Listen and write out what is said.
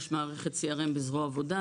יש מערכת CRM בזרוע העבודה.